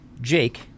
Jake